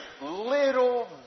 little